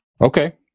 Okay